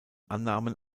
annahmen